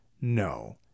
no